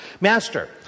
Master